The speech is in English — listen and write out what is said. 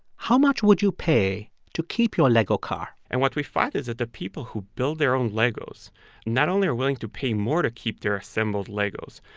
how much would you pay to keep your lego car? and what we find is that the people who build their own legos not only are willing to pay more to keep their assembled legos.